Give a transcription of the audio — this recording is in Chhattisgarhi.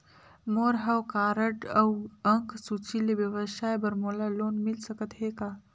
मोर हव कारड अउ अंक सूची ले व्यवसाय बर मोला लोन मिल सकत हे का?